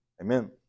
Amen